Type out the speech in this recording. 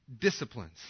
disciplines